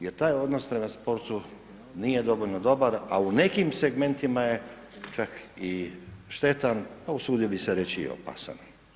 Jer taj odnos prema sportu nije dovoljno dobar, a u nekim segmentima je čak i štetan, a usudio bi se reći i opasan.